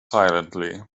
silently